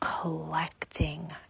collecting